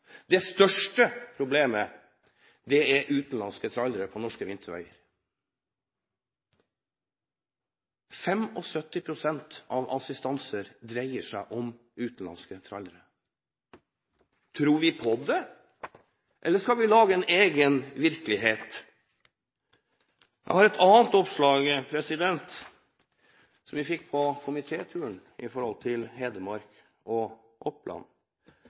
Det største problemet er utenlandske trailere på norske vinterveier. 75 pst. av alle oppdrag dreier seg om utenlandske trailere. Tror vi på det, eller skal vi lage en egen virkelighet? Jeg har et annet oppslag, som vi fikk på komitéturen, som gjelder Hedmark og Oppland.